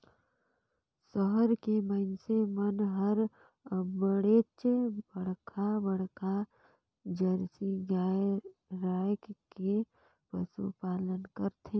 सहर के मइनसे मन हर अबड़ेच बड़खा बड़खा जरसी गाय रायख के पसुपालन करथे